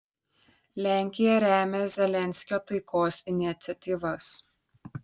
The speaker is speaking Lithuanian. lenkija remia zelenskio taikos iniciatyvas